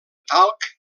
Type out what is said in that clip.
talc